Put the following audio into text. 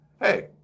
hey